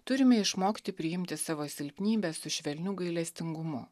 turime išmokti priimti savo silpnybes su švelniu gailestingumu